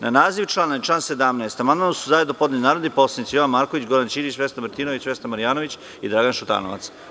Na naziv člana i član 17. amandman su zajedno podneli narodni poslanici Jovan Marković, Goran Ćirić, Vesna Martinović, Vesna Marjanović i Dragan Šutanovac.